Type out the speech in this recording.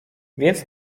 więc